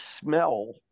smell